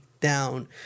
down